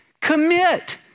commit